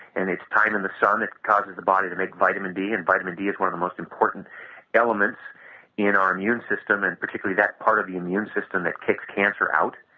and each time in the sun it causes the body to make vitamin d, and vitamin d is one of the most important elements in our immune system, and particularly that part of the immune system that kicks cancer out,